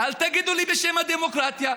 ואל תגידו לי בשם הדמוקרטיה,